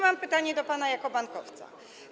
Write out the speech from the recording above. Mam pytanie do pana jako bankowca.